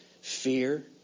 Fear